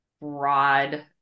broad